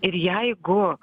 ir jeigu